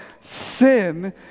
sin